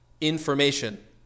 information